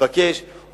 שנתבקש לקבלם,